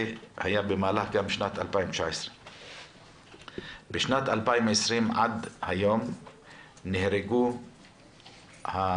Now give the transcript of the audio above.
היה גם במהלך שנת 2019. בשנת 2020 עד היום נהרגו הפועלים